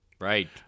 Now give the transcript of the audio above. Right